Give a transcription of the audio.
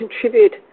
contribute